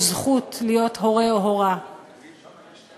יש זכות להיות הורֶה או הורָה,